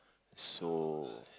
so